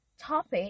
topic